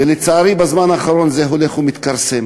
ולצערי, בזמן האחרון העניין הזה הולך ומתכרסם.